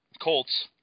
Colts